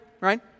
right